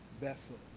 vessel